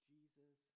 Jesus